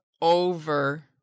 over